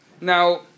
Now